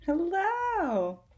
Hello